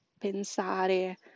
pensare